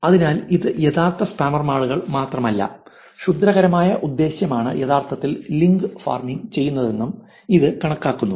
അതിനാൽ ഇത് യഥാർത്ഥ സ്പാമറുകൾ മാത്രമല്ല ക്ഷുദ്രകരമായ ഉദ്ദേശ്യമാണ് യഥാർത്ഥത്തിൽ ലിങ്ക് ഫാമിംഗ് ചെയ്യുന്നതെന്നും ഇത് കാണിക്കുന്നു